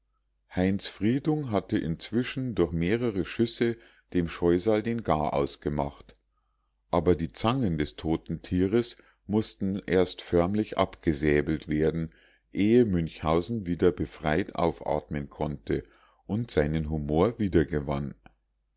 heinz friedung hatte inzwischen durch mehrere schüsse dem scheusal den garaus gemacht aber die zangen des toten tieres mußten erst förmlich abgesäbelt werden ehe münchhausen wieder befreit aufatmen konnte und seinen humor wiedergewann